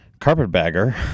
Carpetbagger